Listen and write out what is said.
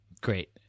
Great